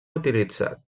utilitzat